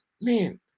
man